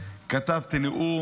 כתבתי נאום.